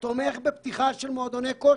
תמך בפתיחת מועדוני כושר.